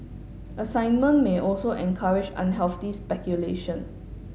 assignment may also encourage unhealthy speculation